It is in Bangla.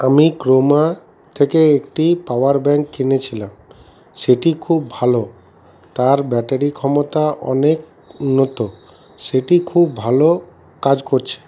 আমি ক্রোমা থেকে একটি পাওয়ার ব্যাঙ্ক কিনেছিলাম সেটি খুব ভালো তার ব্যাটারি ক্ষমতা অনেক উন্নত সেটি খুব ভালো কাজ করছে